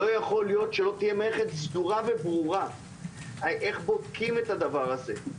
לא יכול להיות שלא תהיה מערכת סדורה וברורה איך בודקים את הדבר הזה.